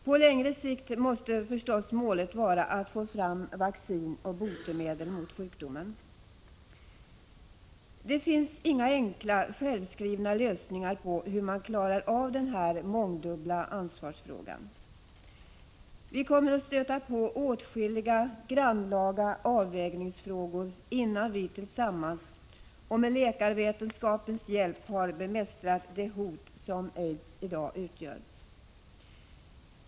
På längre sikt måste förstås målet vara att få fram vaccin och botemedel mot sjukdomen. Det finns inga enkla, självskrivna lösningar på hur man klarar av den här mångdubbla ansvarsfrågan. Vi kommer att stöta på åtskilliga grannlaga avvägningsfrågor innan vi tillsammans och med läkarvetenskapens hjälp har bemästrat det hot som aids i dag utgör.